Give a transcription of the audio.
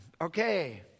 Okay